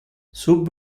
sub